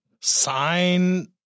sign